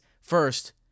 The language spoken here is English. first